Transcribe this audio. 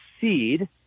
seed